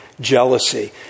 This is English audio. jealousy